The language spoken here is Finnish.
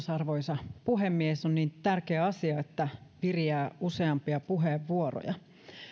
arvoisa puhemies on niin tärkeä asia että viriää useampia puheenvuoroja